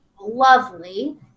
Lovely